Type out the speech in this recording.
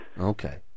Okay